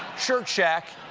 skirt-shack,